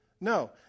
No